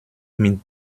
mit